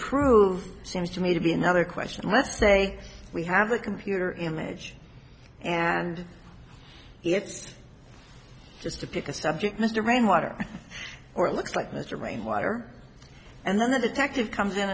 prove seems to me to be another question let's say we have a computer image and it's just to pick a subject mr rainwater or it looks like mr rainwater and then the detective comes in